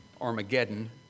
Armageddon